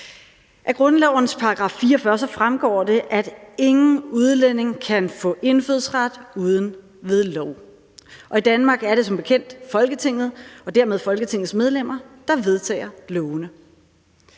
Af grundlovens § 44 fremgår det, at ingen udlænding kan få indfødsret uden ved lov, og i Danmark er det som bekendt Folketinget og dermed Folketingets medlemmer, der vedtager lovene.